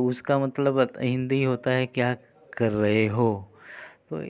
तो उसका मतलब हिंदी होता है क्या कर रहे हो तो